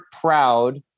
proud